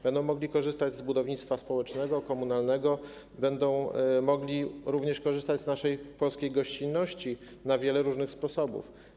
Będą mogli korzystać z budownictwa społecznego, komunalnego, będą mogli również korzystać z naszej polskiej gościnności na wiele różnych sposobów.